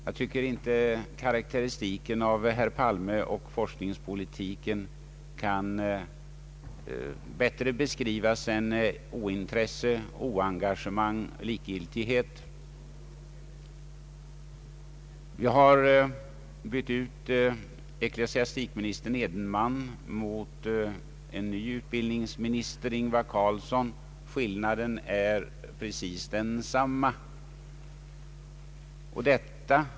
Jag anser att man inte bättre kan karakterisera herr Palmes kontakt med forskningspolitiken än som ointresse, oengagemang och likgiltighet. Förre ecklesiastikministern Edenman har via herr Palme bytts ut mot utbildningsminister Ingvar Carlsson. Skillnaden i deras intresse för forskningspolitiken är precis densamma som mellan den förre och den nuvarande statsministern.